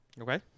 Okay